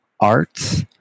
Arts